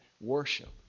worship